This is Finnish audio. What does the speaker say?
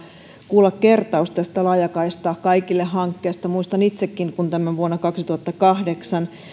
kuulla kertaus tästä laajakaista kaikille hankkeesta muistan itsekin kun tämä vuonna kaksituhattakahdeksan